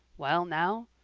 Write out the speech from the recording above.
well now,